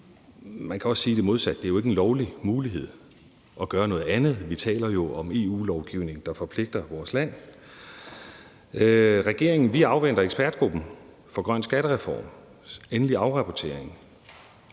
Man kan også sige det modsatte: Det er jo ikke en lovlig mulighed at gøre noget andet. Vi taler jo om EU-lovgivning, der forpligter vores land. Regeringen afventer ekspertgruppen for en grøn skattereforms endelige afrapportering.